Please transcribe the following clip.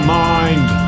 mind